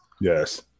Yes